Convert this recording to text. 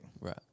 Right